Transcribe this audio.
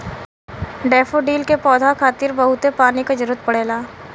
daffodil के पौधा खातिर बहुते पानी क जरुरत पड़ेला